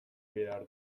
behar